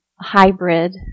hybrid